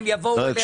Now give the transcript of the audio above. הם יבואו אליך.